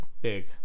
big